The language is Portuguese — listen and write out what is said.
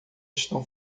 estão